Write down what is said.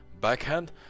backhand